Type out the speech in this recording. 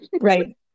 Right